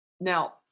Now